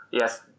Yes